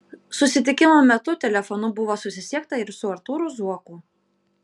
susitikimo metu telefonu buvo susisiekta ir su artūru zuoku